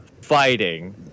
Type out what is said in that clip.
fighting